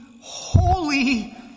holy